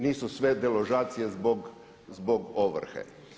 Nisu sve deložacije zbog ovrhe.